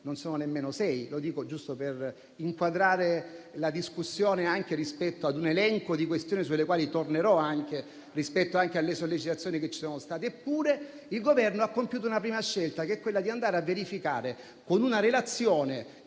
mesi, meno di sei, lo dico per inquadrare la discussione rispetto a un elenco di questioni sulle quali tornerò e rispetto anche alle sollecitazioni che ci sono state. Eppure il Governo ha compiuto la prima scelta di andare a verificare, con una relazione